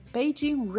Beijing